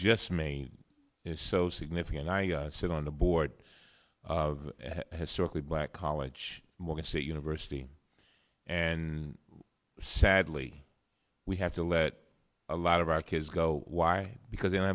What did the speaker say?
just me is so significant i sit on the board of historically black college morgan state university and sadly we have to let a lot of our kids go why because they don't